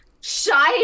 shy